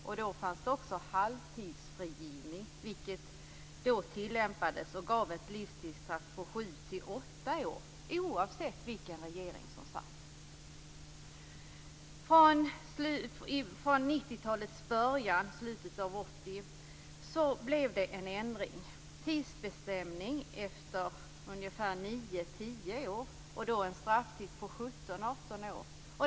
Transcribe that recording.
Då tillämpades också halvtidsfrigivning, vilket gav ett livstidsstraff på 7-8 år, oavsett vilken regering som satt. Från 90-talets början blev det en ändring. Tidsbestämning ägde rum efter 9-10 år, och strafftiden blev 17-18 år.